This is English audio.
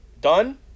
done